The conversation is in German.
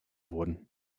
wurden